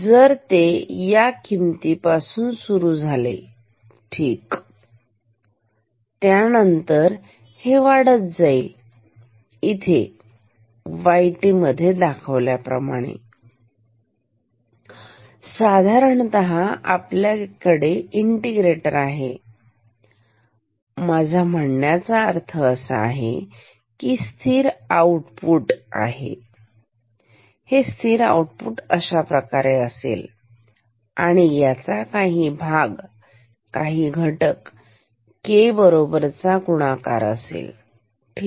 जर हे या किमतीपासून सुरू झाले ठीक त्यानंतर हे वाढत राहील इथे yt मध्ये दाखविल्याप्रमाणे साधारणतः आपल्याकडे इंटिग्रेटर आहे माझा म्हणण्याचा अर्थ असा की स्थिर आउटपुट अशाप्रकारे असेल ह्याचा काही घटक K बरोबर चा गुणाकार ठीक